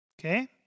Okay